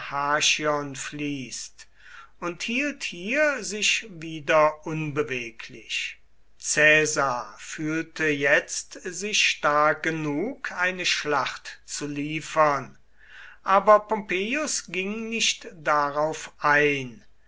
fließt und hielt hier sich wieder unbeweglich caesar fühlte jetzt sich stark genug eine schlacht zu liefern aber pompeius ging nicht darauf ein